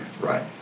Right